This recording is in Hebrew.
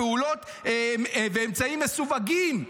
פעולות ואמצעים מסווגים.